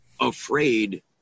afraid